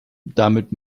damit